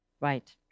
Right